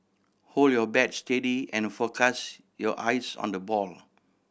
hold your bat steady and focus your eyes on the ball